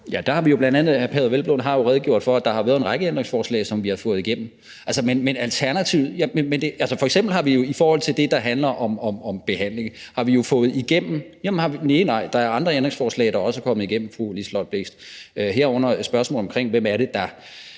Hvelplund har jo redegjort for, at der har været en række ændringsforslag, som vi har fået igennem. F.eks. har vi jo fået det, der handler om behandling, igennem. Og der er andre ændringsforslag, der også er kommet igennem, fru Liselott Blixt, herunder spørgsmål om, hvem det er,